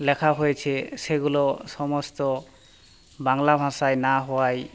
লেখা হয়েছে সেগুলো সমস্ত বাংলা ভাষায় না হওয়ায়